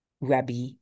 Rabbi